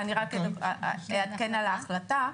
אני רק אעדכן על ההחלטה.